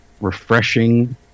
refreshing